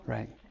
Right